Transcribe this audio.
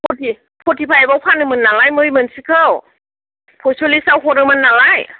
फर्तिफाइभाव फानोमोन नालाय बै मोनसेखौ पयस'लिसाव हरोमोन नालाय